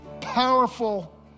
powerful